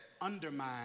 undermine